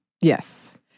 yes